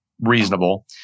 reasonable